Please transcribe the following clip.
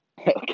Okay